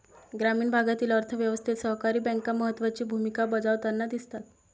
ग्रामीण भागातील अर्थ व्यवस्थेत सहकारी बँका महत्त्वाची भूमिका बजावताना दिसतात